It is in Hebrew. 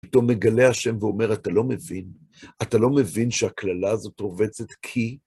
אותו מגלה ה' ואומר, אתה לא מבין, אתה לא מבין שהקללה הזאת רובצת כי...